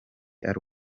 ari